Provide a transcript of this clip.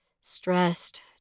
stressed